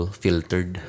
filtered